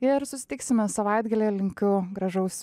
ir susitiksime savaitgalį linkiu gražaus